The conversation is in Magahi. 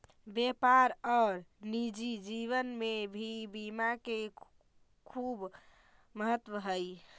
व्यापार और निजी जीवन में भी बीमा के खूब महत्व हई